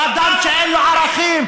הוא אדם שאין לו ערכים,